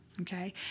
Okay